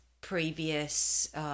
previous